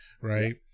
right